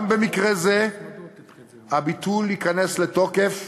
גם במקרה זה הביטול ייכנס לתוקף